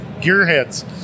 gearheads